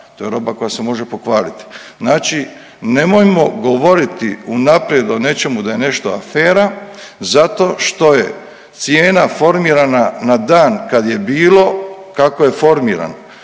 To je roba koja se može pokvariti. Znači nemojmo govoriti unaprijed o nečemu da je nešto afera zato što je cijena formirana na dan kada je bilo kako je formirana.